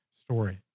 story